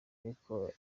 ariko